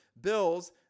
bills